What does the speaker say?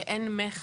שאין מכר,